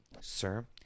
sir